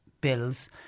bills